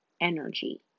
energy